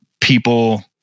people